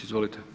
Izvolite.